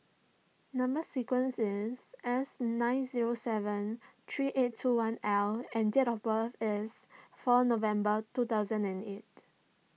Number Sequence is S nine zero seven three eight two one L and date of birth is four November two thousand and eight